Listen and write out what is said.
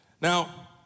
Now